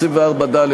24(ד),